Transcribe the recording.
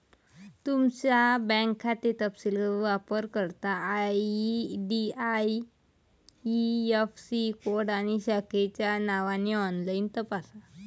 तुमचा बँक खाते तपशील वापरकर्ता आई.डी.आई.ऍफ़.सी कोड आणि शाखेच्या नावाने ऑनलाइन तपासा